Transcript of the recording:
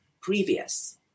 previous